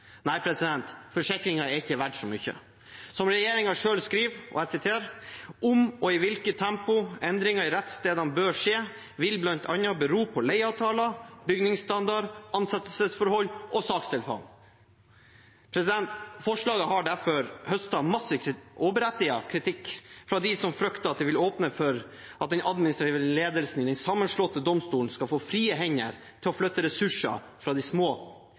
Nei, forsikringen er ikke verd så mye. Som regjeringen selv skriver: «Om og i hvilket tempo endringer i rettssteder bør skje, vil blant annet bero på leieavtaler, bygningsstandard, ansettelsesforhold og sakstilfang.» Forslaget har derfor høstet massiv og berettiget kritikk fra dem som frykter at det vil åpne for at den administrative ledelsen i de sammenslåtte domstolene skal få frie hender til å flytte ressurser fra de små